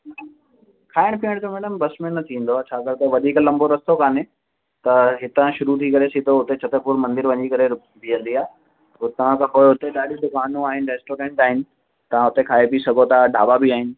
खाइण पीअण जो मैडम बस में न थींदो छाकाणि त वधीक लंबो रस्तो कोन्हे त हितां शुरु थी करे सिधो हुता छत्तरपुर मंदरु वञी करे रूकंदी आहे हुता खां पोइ हुते ॾाढो दुकानूं आहिनि रेस्टोरेंट आहिनि तव्हां हुते खाई पी सघो था ढाबा बि आहिनि